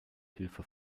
hilfe